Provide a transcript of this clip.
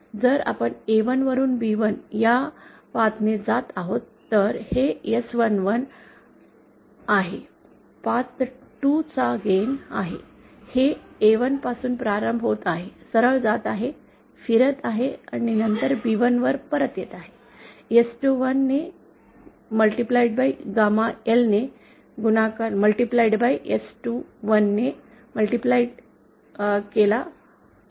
जर आपण A1 वरुन B1 या वाटेने जात आहोत तर हे S11 आहे पाथ 2 चा गेन आहे जे A1 पासून प्रारंभ होत आहे सरळ जात आहे फिरत आहे आणि नंतर B1 वर परत येत आहे S21ने गुणाकार गामा Lने गुणाकार S12ने गुणाकार केला आहे